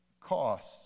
costs